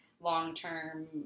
long-term